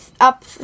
up